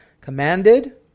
commanded